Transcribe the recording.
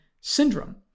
syndrome